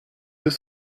deux